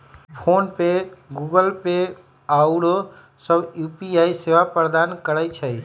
PhonePe, Google Pay आउरो सभ UPI सेवा प्रदान करै छै